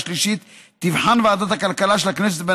השלישית תבחן ועדת הכלכלה של הכנסת,